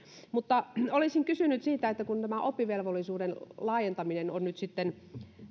mutta olisin kysynyt siitä että kun tämä oppivelvollisuuden laajentaminen on nyt sitten